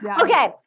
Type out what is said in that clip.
Okay